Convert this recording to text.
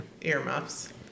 Earmuffs